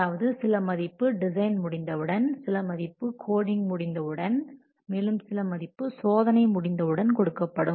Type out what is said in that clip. அதாவது சில மதிப்பு டிசைன் முடிந்தவுடன் சில மதிப்பு கோடிங் முடிந்தவுடனும் மேலும் சில மதிப்பு சோதனை முடிந்த உடனும் கொடுக்கப்படும்